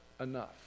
enough